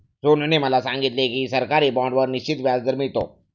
सोनूने मला सांगितले की सरकारी बाँडवर निश्चित व्याजदर मिळतो